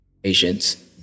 Patience